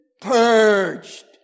purged